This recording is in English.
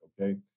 okay